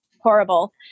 horrible